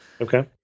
Okay